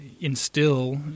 instill